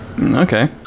Okay